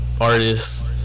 artists